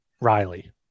Riley